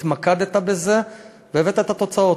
התמקדת בזה והבאת את התוצאות,